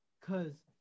Cause